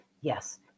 Yes